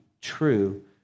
true